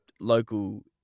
local